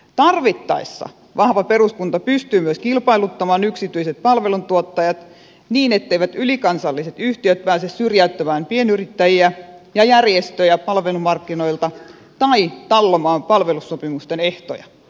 tarvittaessa vahva peruskunta pystyy myös kilpailuttamaan yksityiset palveluntuottajat niin etteivät ylikansalliset yhtiöt pääse syrjäyttämään pienyrittäjiä ja järjestöjä palvelumarkkinoilta tai tallomaan palvelusopimusten ehtoja